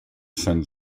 send